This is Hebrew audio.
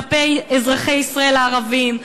כלפי אזרחי ישראל הערבים,